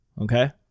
Okay